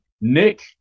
Nick